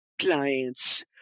clients